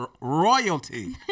royalty